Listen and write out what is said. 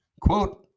Quote